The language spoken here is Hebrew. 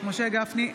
משה גפני,